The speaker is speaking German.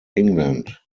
england